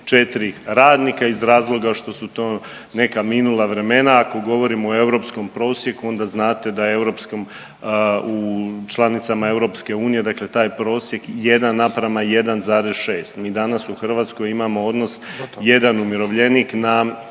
4 radnika iz razloga što su to neka minula vremena. Ako govorimo o europskom prosjeku onda znate da je članicama EU taj prosjek 1:1,6 mi danas u Hrvatskoj imamo odnos 1 umirovljenik na